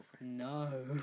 No